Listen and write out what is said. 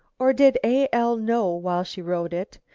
or did a. l. know, while she wrote it,